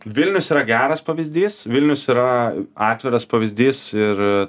vilnius yra geras pavyzdys vilnius yra atviras pavyzdys ir